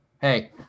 hey